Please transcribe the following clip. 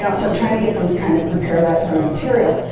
so i'm trying to get them to kind of prepare that sort of material.